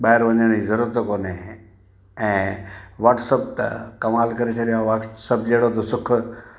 ॿाहिरि वञण जी ज़रूरत कोन्हे ऐं वाट्सअप त कमाल करे छॾियो आहे वाट्सअप जहिड़ो त सुठो